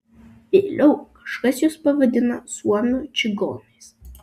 vėliau kažkas juos pavadina suomių čigonais